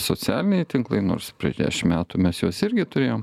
socialiniai tinklai nors prieš dešim metų mes juos irgi turėjom